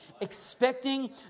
Expecting